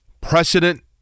Precedent